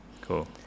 Cool